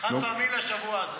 חד-פעמי לשבוע הזה.